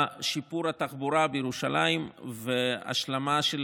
בשיפור התחבורה בירושלים והשלמה של